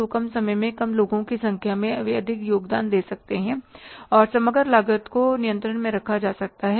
तो कम समय में कम लोगों की संख्या वे अधिक योगदान दे सकते हैं और समग्र लागत को नियंत्रण में रखा जा सकता है